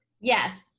Yes